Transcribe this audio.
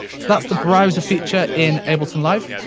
that's that's the browser feature in ableton live.